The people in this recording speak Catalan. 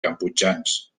cambodjans